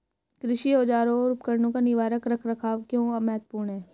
कृषि औजारों और उपकरणों का निवारक रख रखाव क्यों महत्वपूर्ण है?